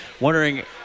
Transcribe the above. wondering